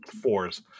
fours